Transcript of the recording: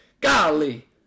Golly